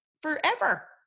forever